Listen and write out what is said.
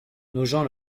nogent